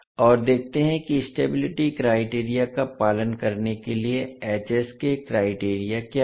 और देखते हैं कि स्टेबिलिटी क्राइटेरिया का पालन करने के लिए के क्राइटेरिया क्या हैं